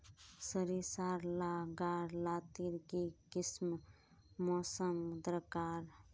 सरिसार ला गार लात्तिर की किसम मौसम दरकार?